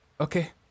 Okay